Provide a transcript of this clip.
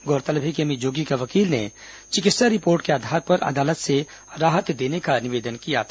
गौरतलब है कि अमित जोगी के वकील ने चिकित्सा रिपोर्ट के आधार पर अदालत से राहत देने का निवेदन किया था